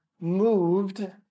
moved